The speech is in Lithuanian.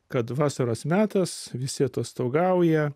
kad vasaros metas visi atostogauja